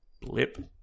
Blip